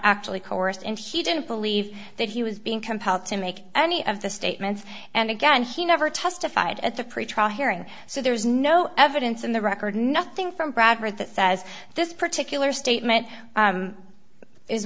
actually chorused in he didn't believe that he was being compelled to make any of the statements and again he never testified at the pretrial hearing so there is no evidence in the record nothing from bradford that says this particular statement